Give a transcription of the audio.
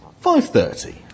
Five-thirty